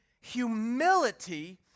humility